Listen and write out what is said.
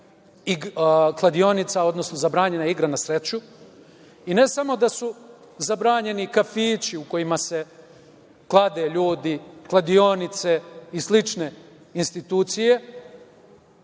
kladionica, odnosno zabranjena je igra na sreću. Ne samo da su zabranjeni kafići u kojima se klade ljudi, kladionice i slične institucije,